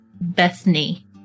Bethany